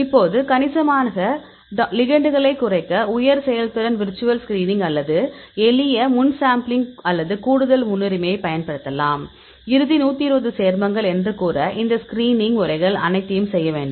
இப்போது கணிசமாக லிகெண்டுகளை குறைக்க உயர் செயல்திறன் விர்ச்சுவல் ஸ்கிரீனிங் அல்லது எளிய முன்சாம்பிளிங் அல்லது கூடுதல் முன்னுரிமையைப் பயன்படுத்தலாம் இறுதி 120 சேர்மங்கள் என்று கூற இந்த ஸ்கிரீனிங் முறைகள் அனைத்தையும் செய்ய வேண்டும்